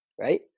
right